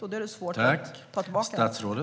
Då blir det svårt att ta tillbaka den.